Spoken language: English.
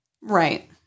Right